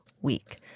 week